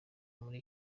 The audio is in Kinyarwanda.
muri